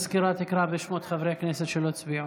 המזכירה תקרא בשמות חברי הכנסת שלא הצביעו.